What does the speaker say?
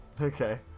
okay